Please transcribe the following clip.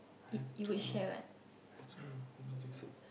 I don't know I don't know I don't think so